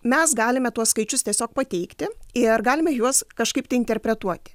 mes galime tuos skaičius tiesiog pateikti ir galime juos kažkaip tai interpretuoti